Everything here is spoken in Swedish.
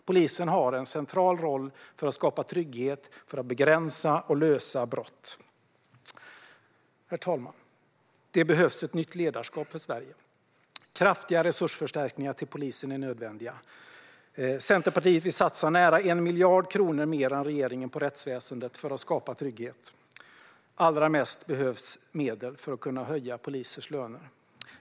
Polisen har en central roll för att skapa trygghet och för att begränsa och lösa brott. Herr talman! Det behövs ett nytt ledarskap för Sverige. Kraftiga resursförstärkningar till polisen är nödvändiga. Centerpartiet vill satsa nära 1 miljard kronor mer än regeringen på rättsväsendet för att skapa trygghet. Allra mest behövs medel för att kunna höja polisers löner.